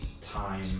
time